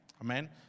Amen